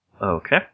Okay